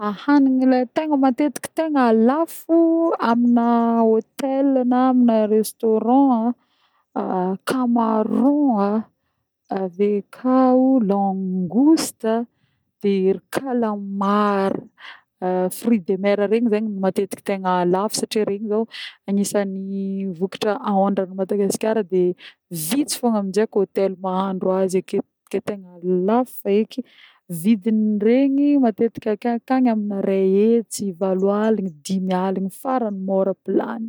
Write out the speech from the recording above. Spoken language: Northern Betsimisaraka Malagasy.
Ahanigny le tegna matetiky tegna lafo amina hôtel na amina restaurant: cameron, avy akao langouste, de ry calmar fruits de mer regny zegny matetiky tegna lafo satria regny zô agnisany vokatra aondrana à Madagasikara de vitsy fogna aminje koa hôtel mahandro azy ake de tegna lafo feky. Vidiny regny matetiky akagnikagny amina ray hetsy, valo aligny, dimy aligny farany môra plat-ny.